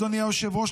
אדוני היושב-ראש,